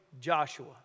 Joshua